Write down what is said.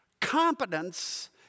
competence